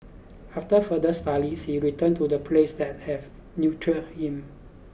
after further studies he returned to the place that have nurtured him